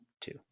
Two